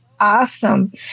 awesome